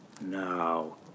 Now